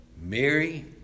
Mary